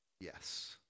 Yes